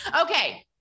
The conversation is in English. Okay